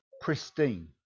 pristine